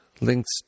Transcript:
links